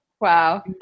Wow